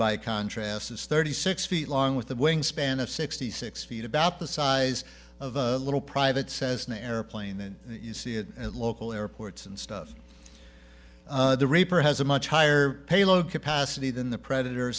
by contrast is thirty six feet long with the wingspan of sixty six feet about the size of a little private says an airplane and you see it at local airports and stuff the reaper has a much higher payload capacity than the predator